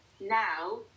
now